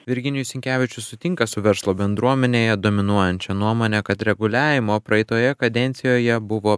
virginijus sinkevičius sutinka su verslo bendruomenėje dominuojančia nuomone kad reguliavimo praeitoje kadencijoje buvo